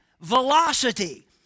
velocity